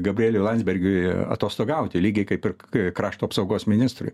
gabrieliui landsbergiui atostogauti lygiai kaip ir krašto apsaugos ministrui